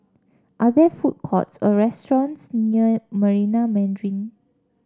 are there food courts or restaurants near Marina Mandarin